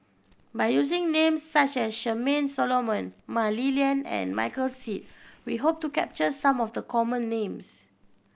by using names such as Charmaine Solomon Mah Li Lian and Michael Seet we hope to capture some of the common names